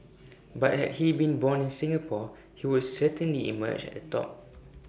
but had he been born in Singapore he would certainly emerge at the top